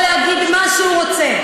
כל אחד יכול להגיד מה שהוא רוצה,